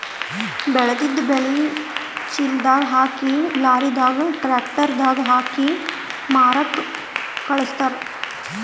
ಬೆಳೆದಿದ್ದ್ ಬೆಳಿ ಚೀಲದಾಗ್ ಹಾಕಿ ಲಾರಿದಾಗ್ ಟ್ರ್ಯಾಕ್ಟರ್ ದಾಗ್ ಹಾಕಿ ಮಾರಕ್ಕ್ ಖಳಸ್ತಾರ್